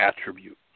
attribute